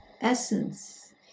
essence